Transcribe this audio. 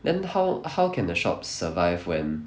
then how how can the shop survive when